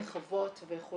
של חוות וכו',